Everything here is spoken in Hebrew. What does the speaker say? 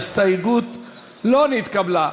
ההסתייגות לא נתקבלה.